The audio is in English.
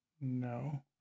no